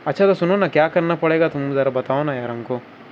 اچھا تو سنو نا کیا کرنا پڑے گا تم ذرا بتاؤ نا یار ہم کو